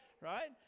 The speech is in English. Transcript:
right